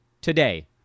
today